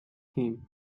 him